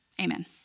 amen